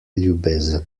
ljubezen